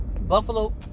Buffalo